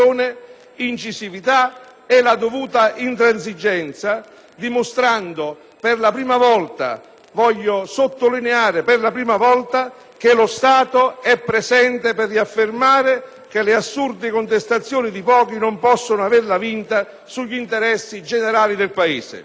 incisività e la dovuta intransigenza, dimostrando per la prima volta - voglio sottolinearlo - che lo Stato è presente per riaffermare che le assurde contestazioni di pochi non possono averla vinta sugli interessi generali del Paese.